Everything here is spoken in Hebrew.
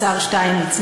השר שטייניץ,